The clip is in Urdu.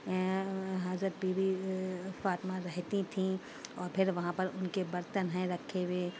حضرت بی بی فاطمہ رہتی تھیں اور پھر وہاں پر ان کے برتن ہیں رکھے ہوئے